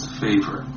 favor